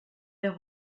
der